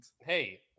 Hey